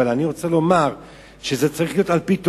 אבל זה צריך להיות על-פי תוכנית.